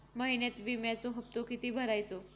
महिन्यात विम्याचो हप्तो किती भरायचो?